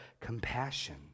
compassion